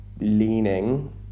leaning